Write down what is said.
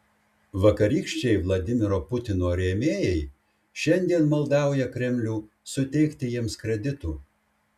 vakarykščiai vladimiro putino rėmėjai šiandien maldauja kremlių suteikti jiems kreditų